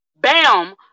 bam